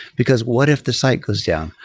because what if the site goes down?